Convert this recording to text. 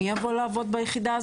היחידה